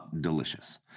delicious